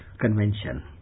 convention